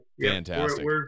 fantastic